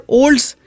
olds